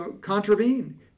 contravene